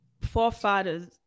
forefathers